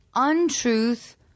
Untruth